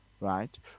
right